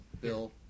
Bill